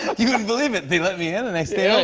you wouldn't believe it, they let me in, and i stayed over.